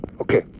Okay